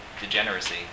degeneracy